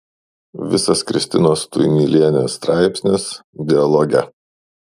visas kristinos tuinylienės straipsnis dialoge